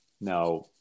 now